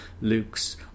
Luke's